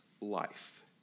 life